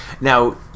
Now